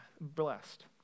blessed